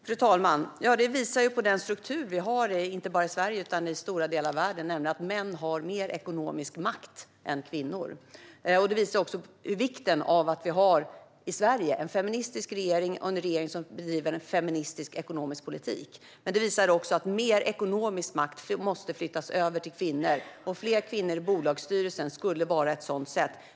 Fru talman! Det visar på den struktur vi har inte bara i Sverige utan i stora delar av världen, nämligen att män har mer ekonomisk makt än kvinnor. Det visar också på vikten av att vi i Sverige har en feministisk regering och en regering som bedriver en feministisk ekonomisk politik. Det visar även att mer ekonomisk makt måste flyttas över till kvinnor, och fler kvinnor i bolagsstyrelser skulle vara ett sådant sätt.